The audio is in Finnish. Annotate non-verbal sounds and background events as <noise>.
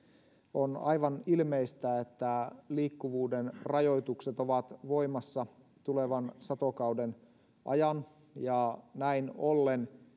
on aivan ilmeistä että liikkuvuuden rajoitukset ovat voimassa tulevan satokauden ajan ja näin ollen <unintelligible>